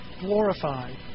Glorified